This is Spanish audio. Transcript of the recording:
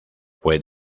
fue